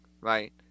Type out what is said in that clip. right